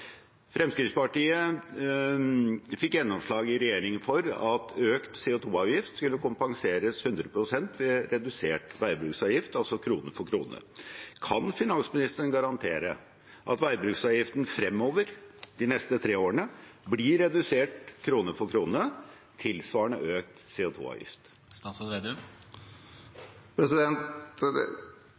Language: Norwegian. Fremskrittspartiet fikk i regjering gjennomslag for at økt CO 2 -avgift skulle kompenseres 100 pst. ved redusert veibruksavgift, altså krone for krone. Kan finansministeren garantere at veibruksavgiften fremover, de neste tre årene, blir redusert krone for krone, tilsvarende økt